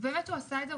הוא אכן עשה את זה,